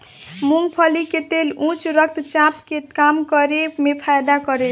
मूंगफली के तेल उच्च रक्त चाप के कम करे में फायदा करेला